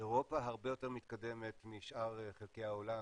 אירופה הרבה יותר מתקדמת משאר חלקי העולם,